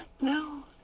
no